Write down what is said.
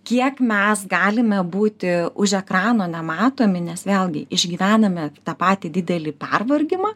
kiek mes galime būti už ekrano nematomi nes vėlgi išgyvename tą patį didelį pervargimą